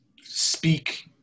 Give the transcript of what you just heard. speak